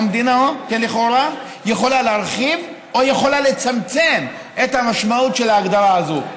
שהמדינה לכאורה יכולה להרחיב או יכולה לצמצם את המשמעות של ההגדרה הזו.